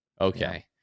Okay